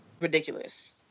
ridiculous